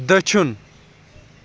دٔچھُن